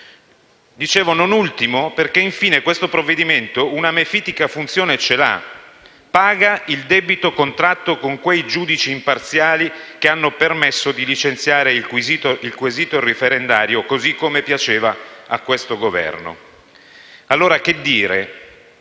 Dicevo non ultimo, perché, infine, il provvedimento in esame una mefitica funzione ce l'ha: paga il debito contratto con quei giudici imparziali che hanno permesso di licenziare il quesito referendario così come piaceva a questo Governo. Allora che dire?